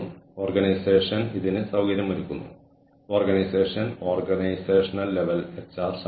കൂടാതെ ഓർഗനൈസേഷണൽ സ്ട്രാറ്റജിക്ക് ഇനി ആവശ്യമില്ലാത്ത കഴിവുകൾ ഇല്ലാതാക്കാൻ ലക്ഷ്യമിട്ടുള്ള പ്രവർത്തനങ്ങൾ ഉൾക്കൊള്ളുന്നതാണ് കോമ്പിറ്റെൻസി ഡിസ്പ്ലേസ്മെന്റ്